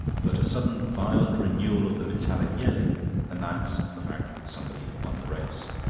but a sudden violent renewal of the metallic yelling announced the fact that somebody had won the race.